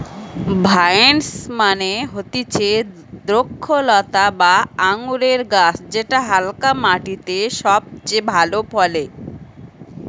vines মানে হতিছে দ্রক্ষলতা বা আঙুরের গাছ যেটা হালকা মাটিতে সবচে ভালো ফলে